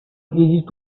easy